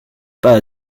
pas